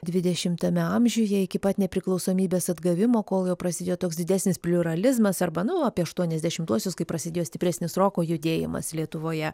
dvidešimtame amžiuje iki pat nepriklausomybės atgavimo kol jau prasidėjo toks didesnis pliuralizmas arba nu apie aštuoniasdešimtuosius kai prasidėjo stipresnis roko judėjimas lietuvoje